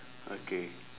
okay